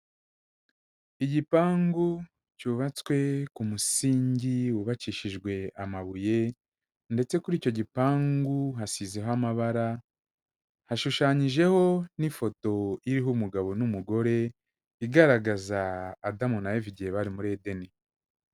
Igipangu cyubatswe ku musingi wubakishijwe amabuye ndetse kuri icyo gipangu hasizeho amabara, hashushanyijeho n'ifoto iriho umugabo n'umugore igaragaza Adamu na Eva igihe bari muri Edeni.